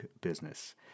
Business